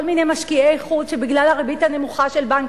כל מיני משקיעי חוץ שבגלל הריבית הנמוכה של בנק